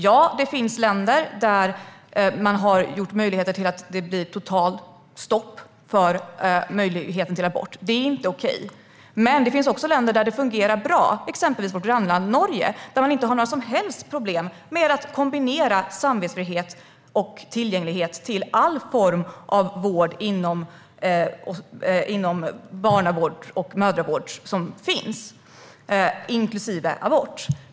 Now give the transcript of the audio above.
Ja, det finns länder där man gjort möjligheter till att det blir totalt stopp för möjligheten till abort. Det är inte okej. Men det finns också länder där det fungerar bra, exempelvis vårt grannland Norge. Där har man inte några som helst problem med att kombinera samvetsfrihet och tillgänglighet till all form av vård inom barnavård och mödravård som finns inklusive abort.